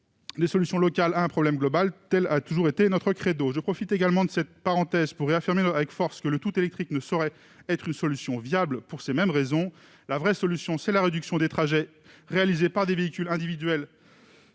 des solutions locales à un problème global a toujours été notre. Je profite également de cette parenthèse pour réaffirmer avec force que le tout-électrique ne saurait être une solution viable. La véritable solution, c'est la réduction des trajets réalisés par des véhicules individuels,